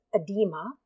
edema